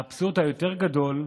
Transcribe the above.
האבסורד היותר-גדול,